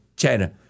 China